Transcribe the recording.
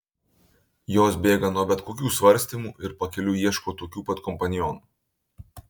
jos bėga nuo bet kokių svarstymų ir pakeliui ieško tokių pat kompanionų